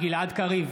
גלעד קריב,